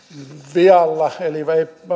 vialla eli